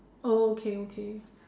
oh okay okay